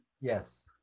Yes